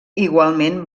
igualment